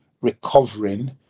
recovering